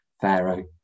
Pharaoh